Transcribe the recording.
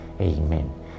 Amen